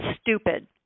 stupid